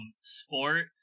sport